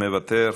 מוותר,